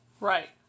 Right